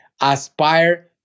aspire